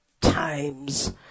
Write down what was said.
times